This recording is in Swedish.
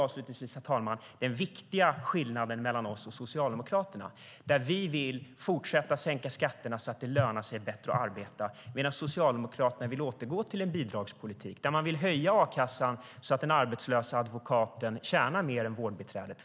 Avslutningsvis, herr talman, har vi den viktiga skillnaden mellan oss och Socialdemokraterna: Vi vill fortsätta sänka skatterna så att det lönar sig bättre att arbeta, medan Socialdemokraterna vill återgå till en bidragspolitik där man vill höja a-kassan så att den arbetslösa advokaten tjänar mer än vårdbiträdet.